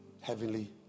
heavenly